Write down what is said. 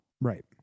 right